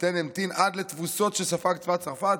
פטן המתין עד לתבוסות שספג צבא צרפת,